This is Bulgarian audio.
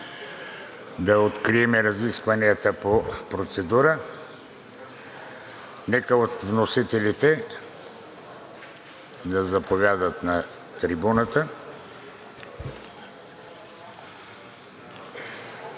Да открием разискванията по процедура. Нека от вносителите да заповядат на трибуната.